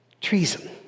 Treason